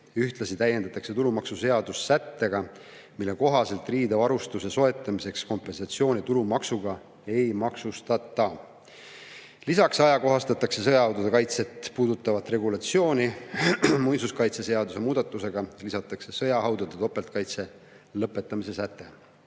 Ühtlasi täiendatakse tulumaksuseadust sättega, mille kohaselt riidevarustuse soetamiseks kompensatsiooni tulumaksuga ei maksustata. Lisaks ajakohastatakse sõjahaudade kaitset puudutavat regulatsiooni. Muinsuskaitseseaduse muudatusega lisatakse sõjahaudade topeltkaitse lõpetamise